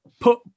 put